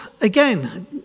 again